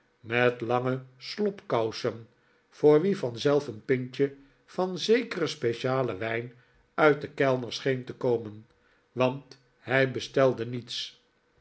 met lange slobkousen voor wien vanzelf een pintje van zekeren specialen wijn uit den kelder scheen te komen want hij bestelde niets